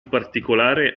particolare